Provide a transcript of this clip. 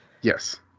Yes